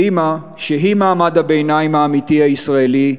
סימה, שהיא מעמד הביניים האמיתי הישראלי,